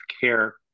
care